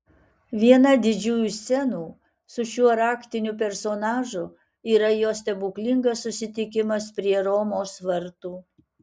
viena didžiųjų scenų su šiuo raktiniu personažu yra jo stebuklingas susitikimas prie romos vartų